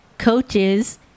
coaches